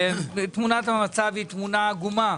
תמונת המצב היא תמונה עגומה.